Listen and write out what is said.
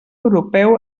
europeu